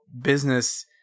business